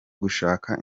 gushaka